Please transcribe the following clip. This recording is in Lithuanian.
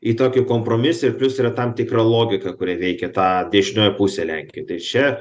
į tokį kompromisiją ir plius yra tam tikra logika kurią veikė tą dešinioji pusė lenkijoj tai čia